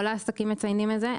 כל העסקים מציינים את זה,